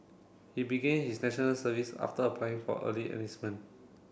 he began his National Service after applying for early enlistment